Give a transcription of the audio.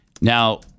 Now